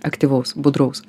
aktyvaus budraus